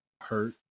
hurt